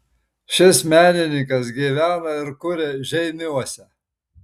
šis menininkas gyvena ir kuria žeimiuose